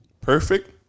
Perfect